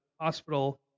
hospital